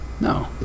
No